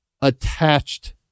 attached